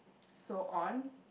so on